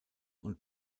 und